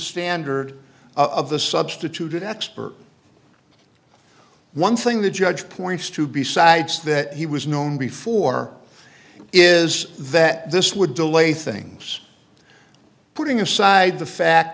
standard of the substituted expert one thing the judge points to besides that he was known before is that this would delay things putting aside the fa